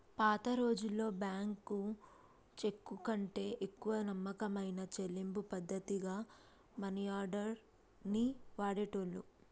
పాతరోజుల్లో బ్యేంకు చెక్కుకంటే ఎక్కువ నమ్మకమైన చెల్లింపు పద్ధతిగా మనియార్డర్ ని వాడేటోళ్ళు